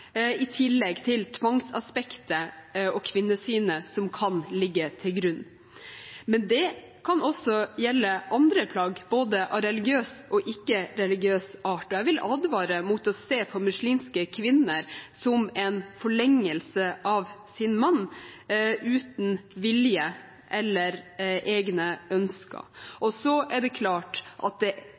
tvangsaspektet og kvinnesynet som kan ligge til grunn. Men det kan også gjelde andre plagg, både av religiøs og ikke-religiøs art, og jeg vil advare mot å se på muslimske kvinner som en forlengelse av sin mann, uten vilje eller egne ønsker. Så er det klart at det er – og det er viktig at alle vet at det